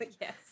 yes